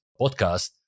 podcast